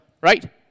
right